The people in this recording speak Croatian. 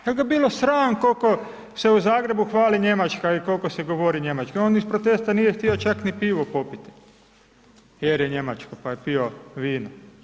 Jer ga je bilo sram koliko se u Zagrebu hvali Njemačka i koliko se govori njemački, on iz protesta nije htio čak niti pivu popiti jer je njemačko pa je pio vino.